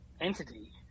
entity